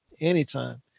anytime